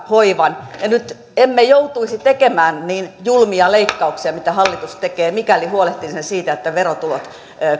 hoivan ja nyt emme joutuisi tekemään niin julmia leikkauksia kuin mitä hallitus tekee mikäli huolehtisimme siitä että verotulot